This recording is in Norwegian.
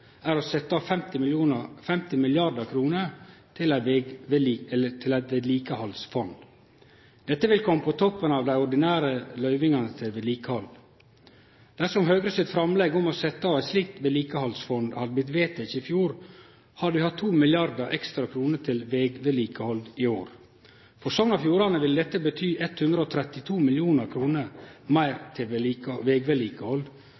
er å setje av 50 mrd. kr til eit vedlikehaldsfond. Dette vil kome på toppen av dei ordinære løyvingane til vedlikehald. Dersom Høgres framlegg om å setje av eit slikt vedlikehaldsfond hadde vorte vedteke i fjor, hadde vi hatt 2 mrd. kr ekstra til vegvedlikehald i år. For Sogn og Fjordane ville dette betydd 132 mill. kr meir